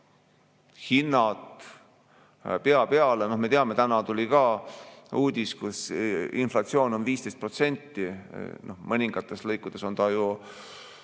meie hinnad pea peale. Me teame, täna tuli ka uudis, et inflatsioon on 15%, mõningates lõikudes on asjad vaata